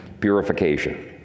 purification